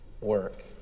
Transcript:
work